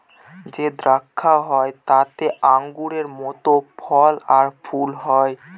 যে দ্রাক্ষা হয় তাতে আঙুরের মত ফল আর ফুল হয়